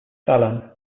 fallon